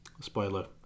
spoiler